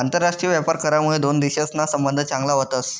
आंतरराष्ट्रीय व्यापार करामुये दोन देशसना संबंध चांगला व्हतस